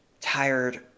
tired